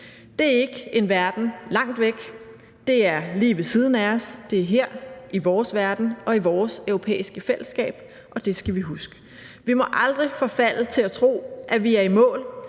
Det er ikke en verden langt væk; det er lige ved siden af os; det er her i vores verden og i vores europæiske fællesskab, og det skal vi huske. Vi må aldrig forfalde til at tro, at vi er i mål.